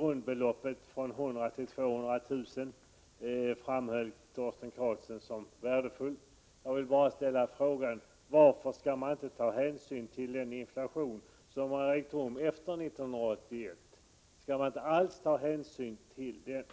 grundbeloppet från 100 000 till 200 000 kr. som värdefull. Jag vill bara fråga: Varför skall man inte ta hänsyn till den inflation som har rått sedan 1981? Skall man inte alls ta hänsyn till denna?